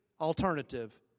alternative